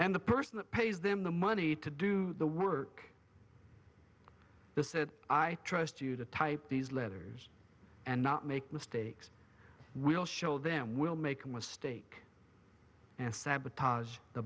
and the person that pays them the money to do the work the said i trust you to type these letters and not make mistakes we'll show them we'll make a mistake and sabotage the